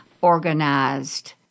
organized